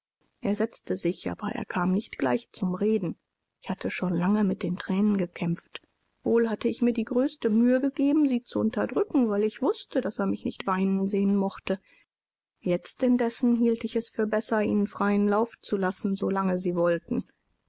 er setzte sich aber er kam noch nicht gleich zum reden ich hatte schon lange mit den thränen gekämpft wohl hatte ich mir die größte mühe gegeben sie zu unterdrücken weil ich wußte daß er mich nicht weinen sehen mochte jetzt indessen hielt ich es für besser ihnen freien lauf zu lassen so lange sie wollten